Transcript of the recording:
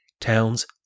towns